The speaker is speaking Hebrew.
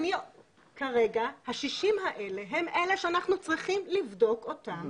כרגע ה-60 האלה הם אלה שאנחנו צריכים לבדוק אותם